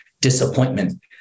disappointment